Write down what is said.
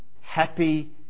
happy